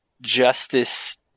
justice